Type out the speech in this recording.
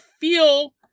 feel